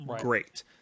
great